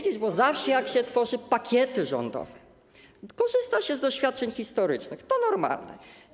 Zawsze jak się tworzy pakiety rządowe, korzysta się z doświadczeń historycznych, to normalne.